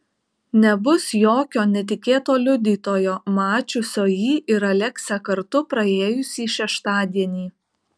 nebus jokio netikėto liudytojo mačiusio jį ir aleksę kartu praėjusį šeštadienį